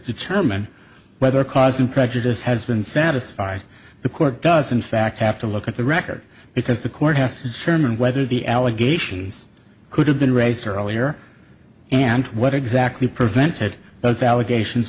determine whether causing prejudice has been satisfied the court does in fact have to look at the record because the court has to sherman whether the allegations could have been raised earlier and what exactly prevented those allegations